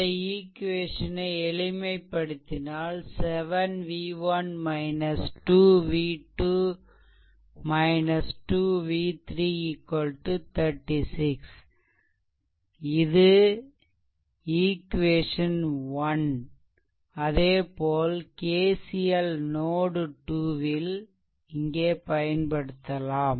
இந்த ஈக்வேசனை எளிமைப்படுத்தினால் 7 v1 2 v2 2 v3 36 இது ஈக்வேசன் 1 அதேபோல் KCL நோட்2 ல் இங்கே பயன்படுத்தலாம்